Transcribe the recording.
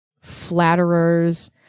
flatterers